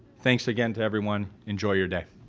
thanks again to everyone, enjoy your day.